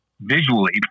visually